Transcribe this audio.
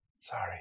Sorry